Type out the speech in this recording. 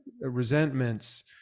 resentments